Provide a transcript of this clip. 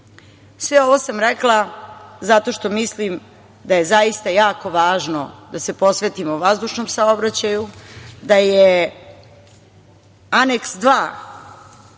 ovo sam rekla zato što mislim da je jako važno da se posvetimo vazdušnom saobraćaju, da je Aneks II